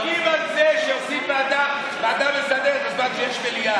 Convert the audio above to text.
צועקים על זה שעושים ועדה מסדרת בזמן שיש מליאה.